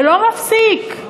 ולא מפסיק.